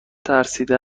ترسیده